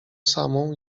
samą